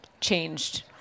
changed